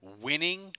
winning –